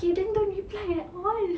okay then don't reply at all